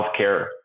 healthcare